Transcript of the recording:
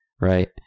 Right